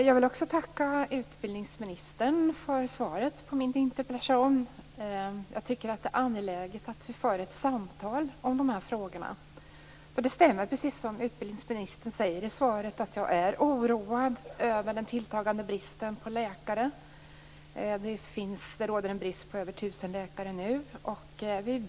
Fru talman! Jag vill tacka utbildningsministern för svaret på min interpellation. Det är angeläget att vi för ett samtal om de här frågorna. Det stämmer, som utbildningsministern säger i svaret, att jag är oroad över den tilltagande bristen på läkare. Det råder nu en brist på över 1 000 läkare.